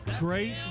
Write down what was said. Great